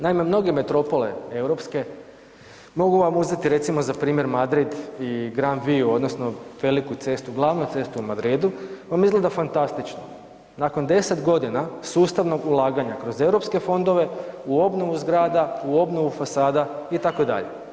Naime, mnoge metropole europske mogu vam uzeti recimo za primjer Madrid i Gran Viu odnosno veliku cestu, glavnu cestu u Madridu, vam izgleda fantastično nakon 10 godina sustavnog ulaganja kroz Europske fondove u obnovu zgrada, u obnovu fasada itd.